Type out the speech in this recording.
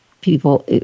people